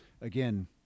again